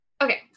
Okay